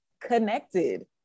connected